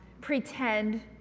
pretend